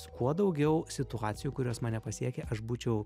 su kuo daugiau situacijų kurios mane pasiekia aš būčiau